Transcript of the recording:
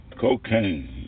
cocaine